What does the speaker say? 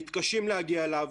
מתקשים להגיע אליו.